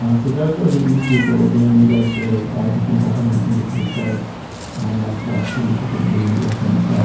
ah so those were the issues that were being negotiated by different governments in different states and have significantly, i think,